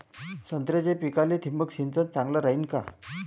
संत्र्याच्या पिकाले थिंबक सिंचन चांगलं रायीन का?